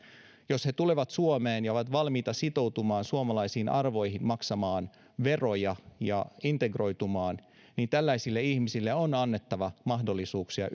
jos he tulevat suomeen ja ovat valmiita sitoutumaan suomalaisiin arvoihin maksamaan veroja ja integroitumaan niin tällaisille ihmisille on annettava mahdollisuuksia